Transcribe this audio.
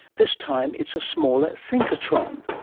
this time it's a smaller synchrotron.